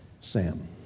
Sam